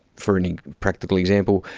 for any practical example,